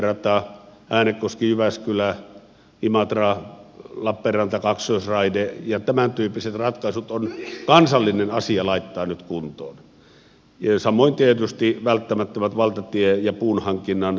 hankohyvinkää ja äänekoskijyväskylä radat imatralappeenranta kaksoisraide ja tämäntyyppiset ratkaisut ovat kansallinen asia laittaa nyt kuntoon samoin tietysti välttämättömät valtatiet ja puunhankinnan kuljetusjärjestelmät